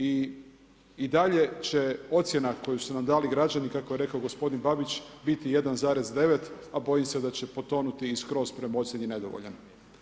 I dalje će ocjena koju su nam dali građani kako je rekao gospodin Babić biti 1,9, a bojim se da će potonuti i skroz prema ocjeni nedovoljan.